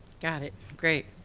got it. great.